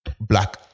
black